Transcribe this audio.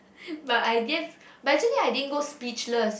but I gave but actually I didn't go speechless